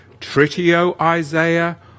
Tritio-Isaiah